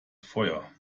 feuer